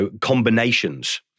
combinations